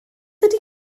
ydy